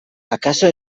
akaso